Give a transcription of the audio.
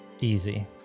easy